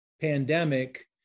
pandemic